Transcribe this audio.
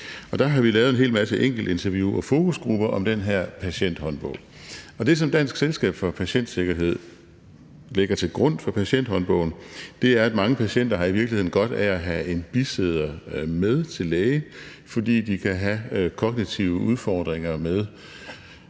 Der har vi lavet en hel masse enkeltinterview og fokusgrupper om den her Patienthåndbog. Og det, som Dansk Selskab for Patientsikkerhed lægger til grund for Patienthåndbogen, er, at mange patienter i virkeligheden har godt af at have en bisidder med til læge, fordi de kan have kognitive udfordringer med